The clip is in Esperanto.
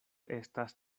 estas